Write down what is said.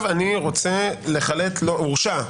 הורשע,